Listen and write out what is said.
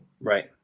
Right